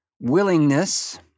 willingness